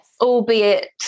Albeit